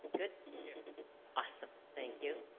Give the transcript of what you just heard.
good yeah awesome thank you